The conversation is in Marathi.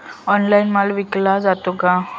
ऑनलाइन माल विकला जातो का?